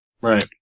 right